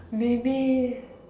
maybe